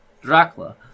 Dracula